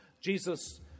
Jesus